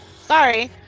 Sorry